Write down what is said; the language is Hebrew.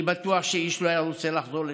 אני בטוח שאיש לא היה רוצה לחזור לשם,